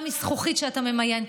גם מזכוכית שאתה ממיין.